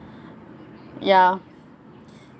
ya